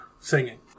singing